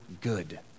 good